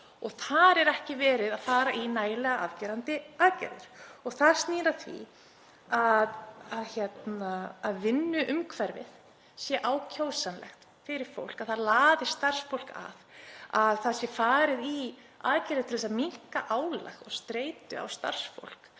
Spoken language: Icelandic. Og þar er ekki verið að fara í nægilega afgerandi aðgerðir. Það snýr að því að vinnuumhverfið sé ákjósanlegt fyrir fólk, að það laði starfsfólk að, að farið sé í aðgerðir til að minnka álag og streitu á starfsfólk